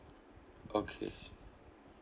okay